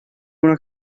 una